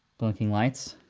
blinking lights.